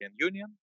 Union